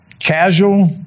casual